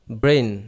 brain